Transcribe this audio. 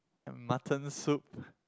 and mutton soup